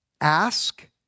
Ask